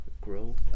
Grow